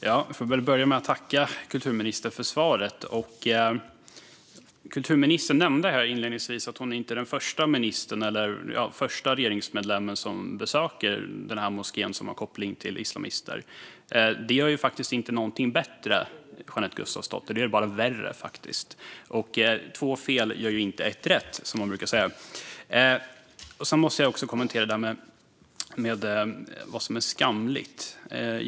Fru talman! Jag får börja med att tacka kulturministern för svaret. Kulturministern nämnde inledningsvis att hon inte är den första regeringsmedlemmen som besöker den här moskén som har koppling till islamister. Det gör faktiskt inte någonting bättre, Jeanette Gustafsdotter, utan det gör det bara värre. Två fel gör inte ett rätt, som man brukar säga. Låt mig också kommentera det där om vad som är skamligt.